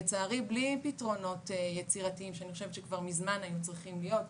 לצערי בלי פתרונות יצירתיים שאני חושבת שכבר מזמן היו צריכים להיות,